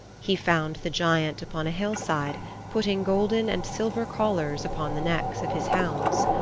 he found the giant upon a hillside putting golden and silver collars upon the necks of his hounds.